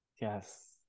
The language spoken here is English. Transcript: Yes